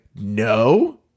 no